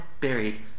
buried